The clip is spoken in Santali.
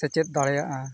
ᱥᱮᱪᱮᱫ ᱫᱟᱲᱮᱭᱟᱜᱼᱟ